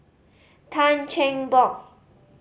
Tan Cheng Bock